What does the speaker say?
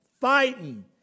fighting